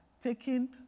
taking